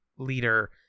leader